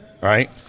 Right